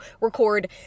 record